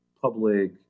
public